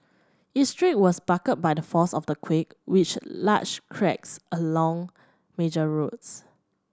its street was buckled by the force of the quake with large cracks along major roads